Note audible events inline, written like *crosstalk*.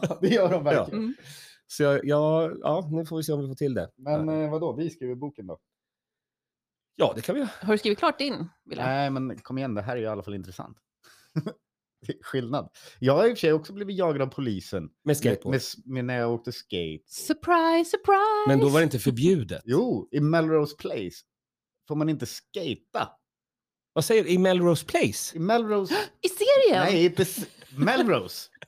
*laughs* Ja, det gör de verkligen. Ja. Mm. Så jag- ja, ja, nu får vi se om vi får till det. Men, eh, vadå? Vi skriver boken då. Ja, det kan vi göra. Har du skrivit klart din, Wille? Nej, men kom igen, det här är ju i alla fall intressant. *laughs* Skillnad. Jag har i och för sig också blivit jagad av polisen. Med Med- skateboard. med s- med när jag åkte skate. Surprise, surprise! Men då var det inte förbjudet. *laughs* Jo, i Melrose Place får man inte skata. Vad säger du? I Melrose Place? I Melrose- *gasps* I serien? *laughs* Nej, i pres- Melrose.